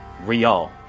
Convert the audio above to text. Rial